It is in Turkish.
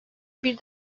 bir